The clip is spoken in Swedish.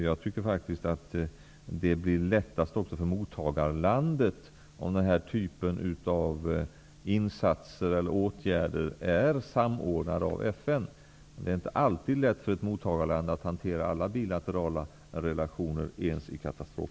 Jag tycker faktiskt att det blir lättast också för mottagarlandet om denna typ av insatser eller åtgärder är samordnade av FN. Det är inte alltid lätt för ett mottagarland att hantera alla bilaterala relationer, inte minst vid en katastrof.